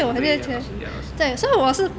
哦对叶老师叶老师